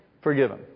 forgiven